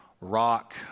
rock